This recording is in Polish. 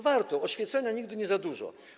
Warto, oświecenia nigdy za dużo.